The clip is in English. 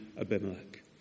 Abimelech